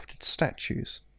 statues